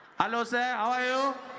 hello sir, how are you?